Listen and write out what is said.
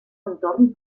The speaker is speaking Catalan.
entorn